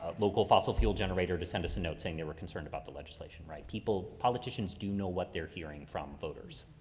local fossil fuel generator to send us a note saying they were concerned about the legislation, right? people, politicians do know what they're hearing from voters.